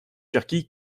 cherki